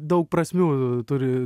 daug prasmių turi